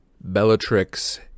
Bellatrix